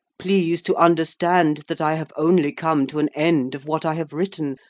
please to understand that i have only come to an end of what i have written,